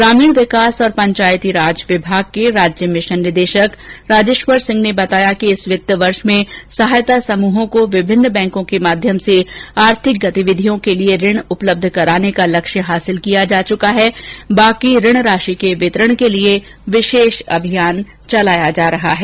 ग्रामीण विकास और पंचायती राज विभाग के राज्य मिशन निदेशक राजेश्वर सिंह ने बताया कि इस वित्त वर्ष में सहायता समूहों को विभिन्न बैंकों के माध्यम से विभिन्न आर्थिक गतिविधियों हेतु ऋण उपलब्ध कराने का लक्ष्य हांसिल किया जा चुका है तथा शेष ऋण राशि के वितरण के लिए विशेष अभियान चलाया जा रहा है